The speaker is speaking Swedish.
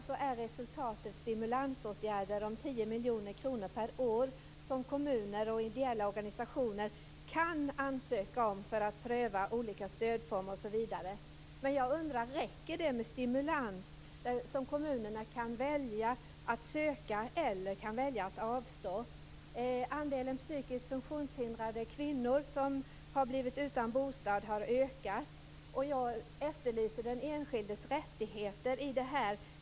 Det är fråga om stimulansåtgärder om 10 miljoner kronor per år som kommuner och ideella organisationer kan ansöka om för att pröva olika stödformer osv. Men jag undrar om det räcker med en stimulans som kommunerna kan välja att söka eller inte söka. Andelen psykiskt funktionshindrade kvinnor som har blivit utan bostad har ökat. Jag efterlyser den enskildes rättigheter i detta.